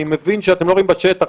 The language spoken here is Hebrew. אני מבין שאתם לא רואים בשטח,